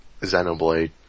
Xenoblade